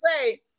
say